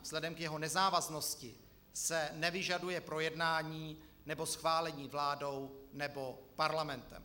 Vzhledem k jeho nezávaznosti se nevyžaduje projednání nebo schválení vládou nebo parlamentem.